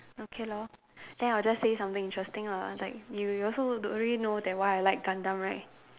okay lor then I'll just say something interesting lah like you you also don't really know that why I like Gundam right